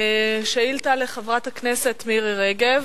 שאילתא לחברת הכנסת מירי רגב,